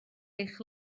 eich